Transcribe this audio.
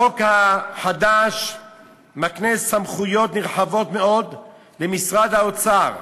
החוק החדש מקנה סמכויות נרחבות מאוד למשרד האוצר,